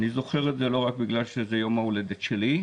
אני זוכר את זה לא רק בגלל שזה יום ההולדת שלי,